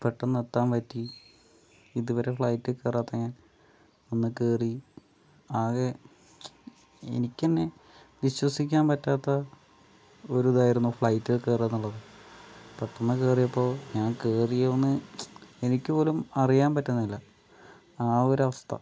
പെട്ടന്ന് എത്താൻ പറ്റി ഇതുവരെ ഫ്ലൈറ്റിൽ കയറാത്ത ഞാൻ ഒന്ന് കയറി ആകെ എനിക്കുതന്നെ വിശ്വസിക്കാൻ പറ്റാത്ത ഒരു ഇതായിരുന്നു ഫ്ലൈറ്റിൽ കയറുകയെന്നുള്ളത് പെട്ടന്ന് കയറിയപ്പോൾ ഞാൻ കയറിയോയെന്ന് എനിക്കു പോലും അറിയാൻ പറ്റുന്നില്ല ആ ഒരവസ്ഥ